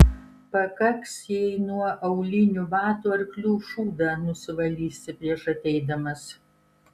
pakaks jei nuo aulinių batų arklių šūdą nusivalysi prieš ateidamas